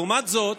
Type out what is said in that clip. לעומת זאת,